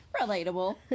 Relatable